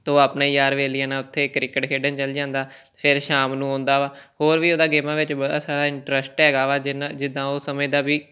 ਤੋਂ ਆਪਣੇ ਯਾਰ ਬੇਲੀਆਂ ਨਾਲ ਉੱਥੇ ਕ੍ਰਿਕਟ ਖੇਡਣ ਚੱਲ ਜਾਂਦਾ ਫੇਰ ਸ਼ਾਮ ਨੂੰ ਆਉਂਦਾ ਵਾ ਹੋਰ ਵੀ ਉਹਦਾ ਗੇਮਾਂ ਵਿੱਚ ਬੜਾ ਸਾਰਾ ਇੰਨਟਰੱਸਟ ਹੈਗਾ ਵਾ ਜਿੰਨਾ ਜਿੱਦਾਂ ਉਹ ਸਮੇਂ ਦਾ ਵੀ